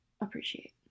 appreciate